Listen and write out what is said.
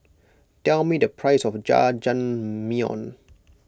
tell me the price of Jajangmyeon